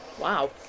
Wow